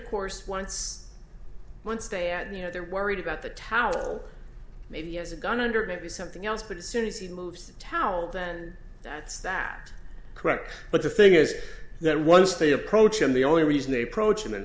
course once once they at you know they're worried about the towel maybe has a gun under it is something else but as soon as he moves towel then that's that correct but the thing is that once they approach him the only reason they approach him and